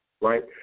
right